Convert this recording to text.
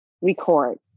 record